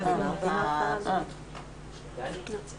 בעניין הזה